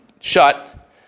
shut